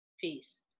Peace